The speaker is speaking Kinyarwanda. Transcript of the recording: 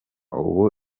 ubu